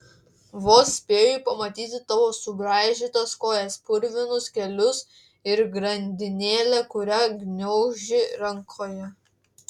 vos spėju pamatyti tavo subraižytas kojas purvinus kelius ir grandinėlę kurią gniauži rankoje